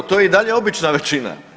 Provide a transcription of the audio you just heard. To je i dalje obična većina.